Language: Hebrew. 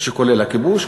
כולל הכיבוש,